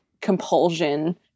compulsion